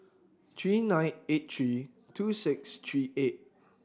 three nine eight three two six three eight